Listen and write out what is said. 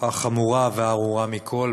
אפשר לקטלג אותם ככאלה,